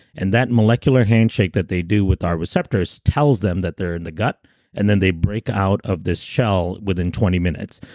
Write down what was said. and that molecular handshake that they do with our receptors tells them that they're in the gut and then they break out of this shell within twenty minutes.